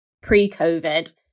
pre-COVID